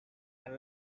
and